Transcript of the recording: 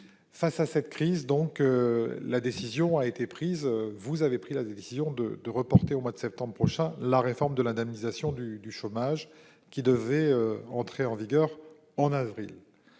Face à la crise actuelle, vous avez pris la décision de reporter au mois de septembre prochain la réforme de l'indemnisation du chômage, qui devait entrer en vigueur en avril.